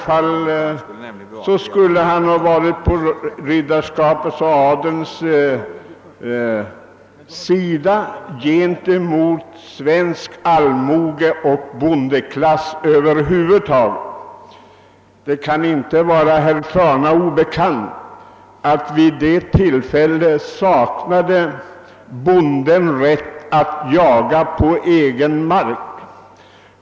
Han skulle ha stått på ridderskapets och adelns sida gentemot svensk allmoge och bondeklassen över huvud taget. Det kan inte vara herr Trana obekant att bonden på den tiden saknade rätt att jaga på egen mark.